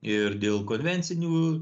ir dėl konvencinių